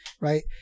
right